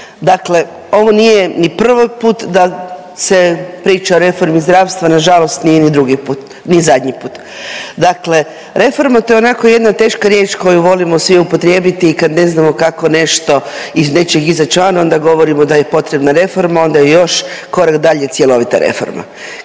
Dakle, ovo nije ni prvi puta da se priča o reformi zdravstva. Na žalost nije ni drugi put, ni zadnji put. Dakle, reforma to je onako jedna teška riječ koju volimo svi upotrijebiti. I kad ne znamo kako nešto iz nečeg izaći van onda govorimo da je potrebna reforma, onda je još korak dalje cjelovita reforma.